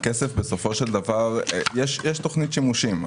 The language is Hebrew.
יש תכנית שימושים.